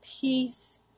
peace